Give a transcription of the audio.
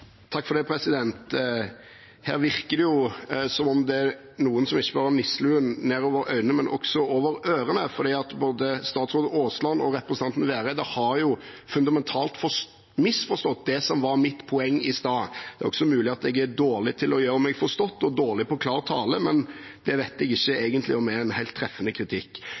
representanten Vereide har jo fundamentalt misforstått det som var mitt poeng i stad. Det er også mulig at jeg er dårlig til å gjøre meg forstått og dårlig på klar tale, men det vet jeg ikke, egentlig, om er en helt treffende kritikk.